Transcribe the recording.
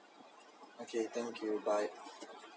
okay thank you bye